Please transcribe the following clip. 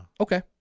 Okay